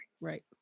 Right